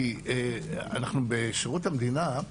אני מדבר על שירות המדינה,